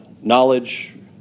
knowledge